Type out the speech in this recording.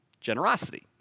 generosity